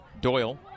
Doyle